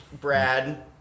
Brad